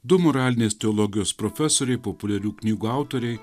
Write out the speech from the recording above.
du moralinės teologijos profesoriai populiarių knygų autoriai